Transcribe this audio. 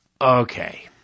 okay